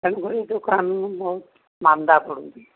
ତେଣୁକରି ଦୋକାନ ବହୁତ ମାନ୍ଦା ପଡ଼ୁଛି